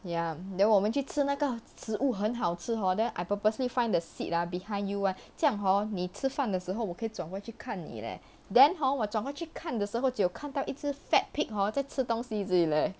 ya then 我们去吃那个植物很好吃 hor then I purposely find the seat ah behind you [one] 这样 hor 你吃饭的时候我可以转过去看你 leh then hor 我转过去看的时候只有看到一只 fat pig hor 在吃东西而己 leh